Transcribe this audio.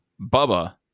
Bubba